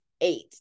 eight